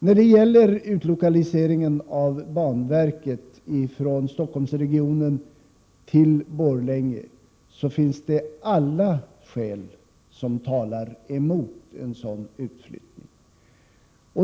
I fråga om utlokaliseringen av banverket från Stockholmsregionen till Borlänge talar alla skäl emot.